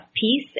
peace